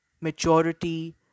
maturity